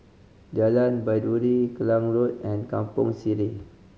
Jalan Baiduri Klang Road and Kampong Sireh